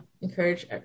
encourage